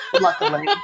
luckily